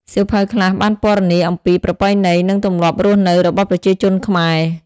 សៀវភៅខ្លះបានពណ៌នាអំពី ប្រពៃណី និង ទម្លាប់រស់នៅ របស់ប្រជាជនខ្មែរ។